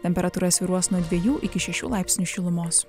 temperatūra svyruos nuo dviejų iki šešių laipsnių šilumos